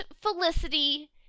Felicity